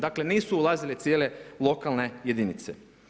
Dakle nisu ulazile cijele lokalne jedinice.